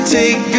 take